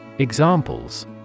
Examples